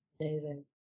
Amazing